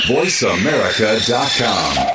VoiceAmerica.com